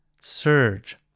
surge